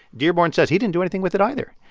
dearborn says he didn't do anything with it, either.